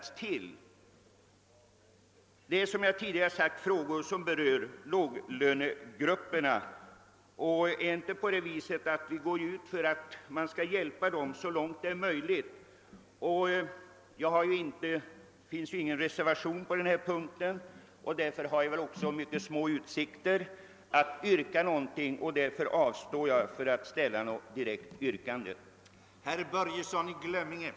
Det gäller, såsom jag tidigare sagt, frågor som berör låglönegrupperna, och vi skall ju gå in för att hjälpa dessa så långt som möjligt. Det föreligger ingen reservation till förmån för vår motion, och jag har därför mycket små utsikter att nå framgång med något direkt yrkande. Jag avstår därför från att ställa något sådant.